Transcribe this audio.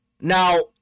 Now